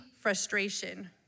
frustration